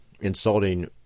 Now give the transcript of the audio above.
insulting